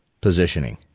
positioning